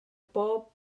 bob